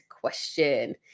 question